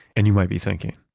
and you might be thinking,